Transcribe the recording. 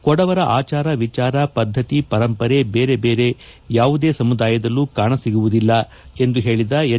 ಕೊಡವರ ಆಚಾರ ವಿಚಾರ ಪದ್ದತಿ ಪರಂಪರೆ ಬೇರೆ ಯಾವುದೇ ಸಮುದಾಯದಲ್ಲೂ ಕಾಣ ಸಿಗುವುದಿಲ್ಲ ಎಂದು ಹೇಳಿದ ಎಚ್